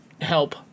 help